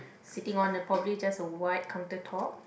sitting on a probably just a white countertop